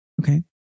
Okay